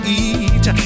eat